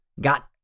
got